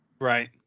Right